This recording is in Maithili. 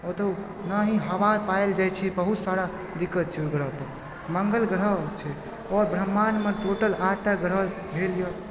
ओतए न ही हवा पाओल जाइ छै बहुत सारा दिक्कत छै ओहि ग्रहपर मंगल ग्रह छै आओर ब्रह्माण्डमे टोटल आठटा ग्रह भेलए